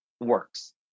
works